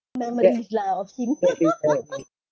memories lah of him